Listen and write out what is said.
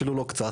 אפילו לא קצת,